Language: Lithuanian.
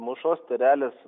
mūšos tyrelis